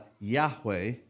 Yahweh